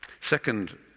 second